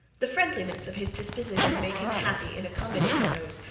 the friendliness of his disposition made him happy in accommodating those,